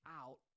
out